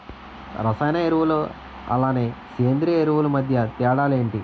రసాయన ఎరువులు అలానే సేంద్రీయ ఎరువులు మధ్య తేడాలు ఏంటి?